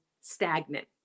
stagnant